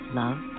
love